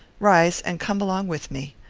rise, and come along with me.